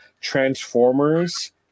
Transformers